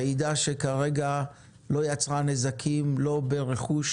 רעידה שכרגע הובילה למעט נזקים ברכוש